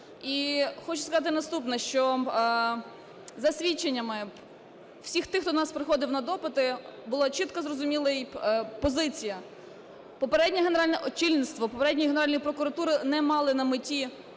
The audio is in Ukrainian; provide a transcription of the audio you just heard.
І хочу сказати наступне, що за свідченнями всіх тих, хто до нас приходив на допити, було чітко зрозуміла позиція. Очільництво попередньої Генеральної прокуратури не мали на меті